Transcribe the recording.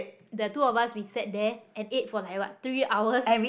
the two of us we sat there and ate for like what three hours